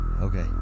Okay